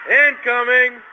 incoming